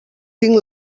tinc